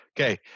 Okay